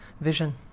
vision